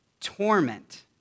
torment